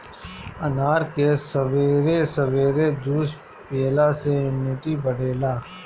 अनार के सबेरे सबेरे जूस पियला से इमुनिटी बढ़ेला